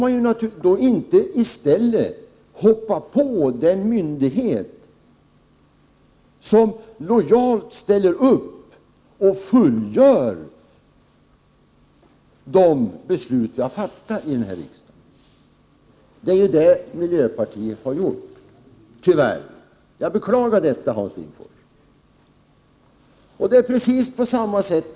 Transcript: Man skall inte i stället hoppa på, så att säga, den myndighet som lojalt ställer upp och fullgör de beslut som vi har fattat här i riksdagen. Det är det som miljöpartiet har gjort, tyvärr. Jag beklagar det, Hans Lindforss. Viola Claesson gör på precis samma sätt.